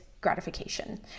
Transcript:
gratification